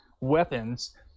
weapons